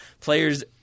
players